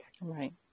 Right